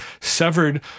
severed